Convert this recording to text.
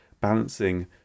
balancing